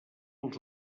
els